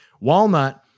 Walnut